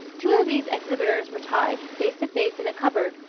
two of these exhibitors were tied, face to face in a cupboard,